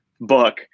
book